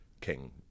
king